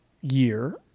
year